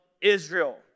Israel